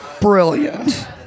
brilliant